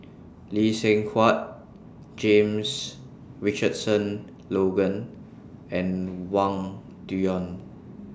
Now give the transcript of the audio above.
Lee Seng Huat James Richardson Logan and Wang Dayuan